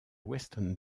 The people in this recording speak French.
weston